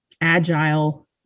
agile